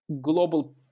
global